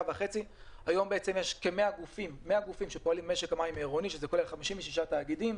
היום יש כ-100 גופים שפועלים במשק המים העירוני והוא כולל כ-56 תאגידים,